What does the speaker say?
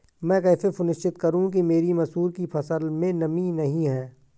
मैं कैसे सुनिश्चित करूँ कि मेरी मसूर की फसल में नमी नहीं है?